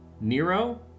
Nero